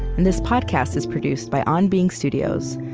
and this podcast is produced by on being studios,